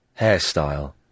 hairstyle